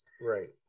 right